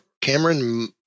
Cameron